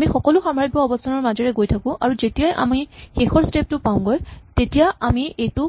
আমি সকলো সাম্ভাৱ্য অৱস্হানৰ মাজেৰে গৈ থাকো আৰু যেতিয়াই আমি শেষৰ স্টেপ টো পাওঁগৈ তেতিয়া আমি এইটোক